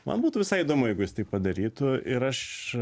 man būtų visai įdomu jeigu jis tai padarytų ir aš